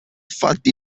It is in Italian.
fatti